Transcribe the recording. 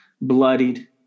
bloodied